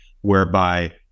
whereby